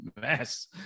mess